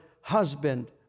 husband